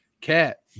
Cat